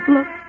Look